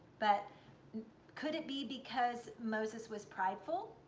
but could it be because moses was prideful?